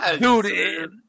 dude